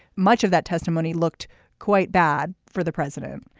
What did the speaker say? much of that testimony looked quite bad for the president.